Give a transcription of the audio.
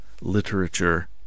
literature